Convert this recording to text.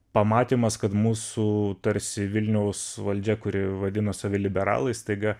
pamatymas kad mūsų tarsi vilniaus valdžia kuri vadina save liberalais staiga